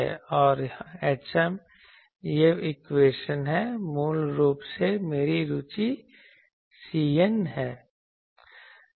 और hm यह equation है मूल रूप से मेरी रुचि Cn है